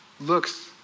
looks